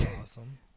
Awesome